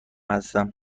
هستم